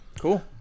Cool